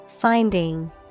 finding